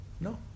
No